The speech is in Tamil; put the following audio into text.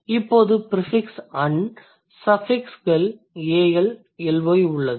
இப்போது prefix un suffix al ly உள்ளது